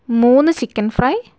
മൂന്ന് chicken fry